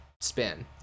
spin